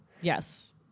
Yes